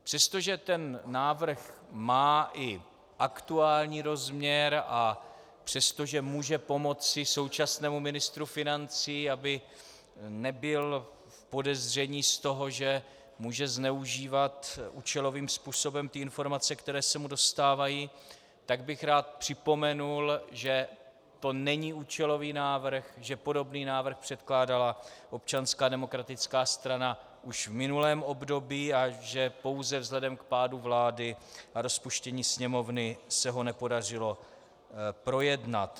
Přestože ten návrh má i aktuální rozměr a přestože může pomoci současnému ministru financí, aby nebyl v podezření z toho, že může zneužívat účelovým způsobem ty informace, které se mu dostávají, tak bych rád připomenul, že to není účelový návrh, že podobný návrh předkládala Občanská demokratická strana už v minulém období a že pouze vzhledem k pádu vlády a rozpuštění Sněmovny se ho nepodařilo projednat.